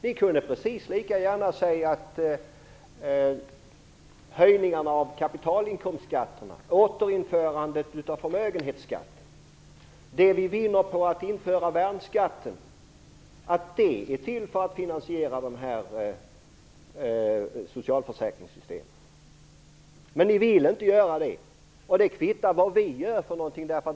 Ni kunde precis lika gärna säga att höjningarna av kapitalinkomstskatterna, återinförandet av förmögenhetsskatt och det vi vinner på att införa värnskatten är till för att finansiera socialförsäkringssystemen. Men ni vill inte göra det. Det kvittar vad vi gör för någonting.